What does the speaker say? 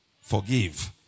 forgive